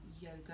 yoga